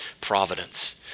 providence